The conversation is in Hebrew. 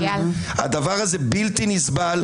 הדבר הזה בלתי נסבל.